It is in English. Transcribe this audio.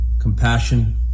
compassion